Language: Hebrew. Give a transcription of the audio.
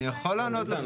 אני יכול לענות לך.